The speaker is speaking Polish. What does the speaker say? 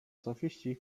sofiści